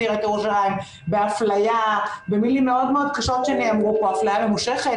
עיריית ירושלים באפליה ובמילים מאוד מאוד קשות שנאמרו פה אפליה ממושכת,